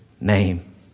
name